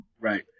Right